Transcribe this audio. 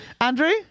Andrew